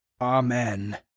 Amen